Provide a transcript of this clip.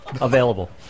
available